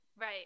Right